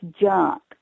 junk